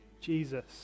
Jesus